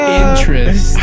interest